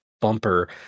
bumper